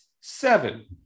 seven